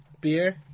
beer